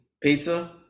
Pizza